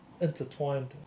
intertwined